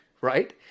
right